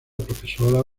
profesora